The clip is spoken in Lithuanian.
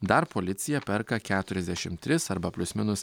dar policija perka keturiasdešimt tris arba plius minus